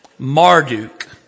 Marduk